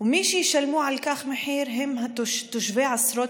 ומי שישלמו על כך מחיר הם תושבי עשרות